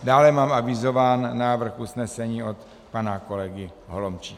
Dále mám avizován návrh usnesení od pana kolegy Holomčíka.